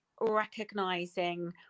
recognizing